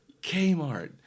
Kmart